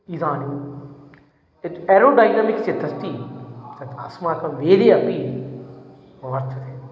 इदानीं यत् aerodynamics यत् अस्ति तत् अस्माकम् वेदे अपि वर्तते